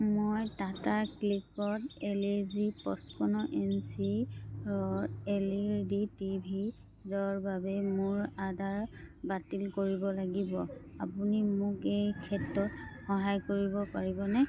মই টাটা ক্লিকত LG পঁচপন্ন inch O L E D TV ৰ বাবে মোৰ অৰ্ডাৰ বাতিল কৰিব লাগিব আপুনি মোক এই ক্ষেত্ৰত সহায় কৰিব পাৰিবনে